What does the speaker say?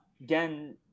again